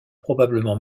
probablement